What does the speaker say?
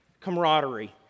camaraderie